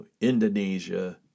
Indonesia